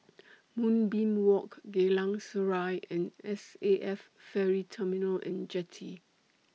Moonbeam Walk Geylang Serai and S A F Ferry Terminal and Jetty